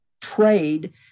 trade